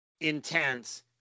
Intense